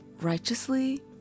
righteously